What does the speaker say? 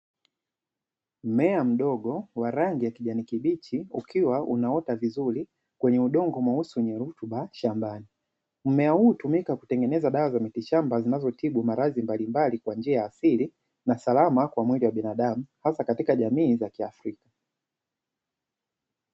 Mmea mdogo wa rangi ya kijani kibichi ukiwa unaota vizuri kwenye udongo mweusi wenye rutuba shambani. Mmea huu hutumika kutengeneza dawa za mitishamba zinazotibu maradhi mbalimbali kwa njia ya asili na salama kwa mwili wa binadamu, hasa katika jamii za Kiafrika.